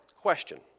question